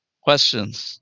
Questions